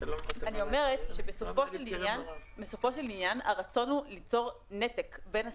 אני אומרת שבסופו של עניין הרצון הוא ליצור נתק בין השיחות,